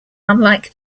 unlike